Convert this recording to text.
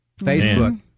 facebook